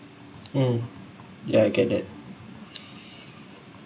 mm yeah I get that